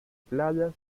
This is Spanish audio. playas